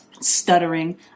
stuttering